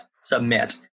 submit